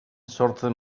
sortzen